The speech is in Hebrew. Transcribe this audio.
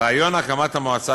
רעיון הקמת המועצה,